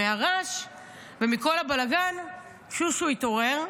מהרעש ומכל הבלגן שושו התעורר.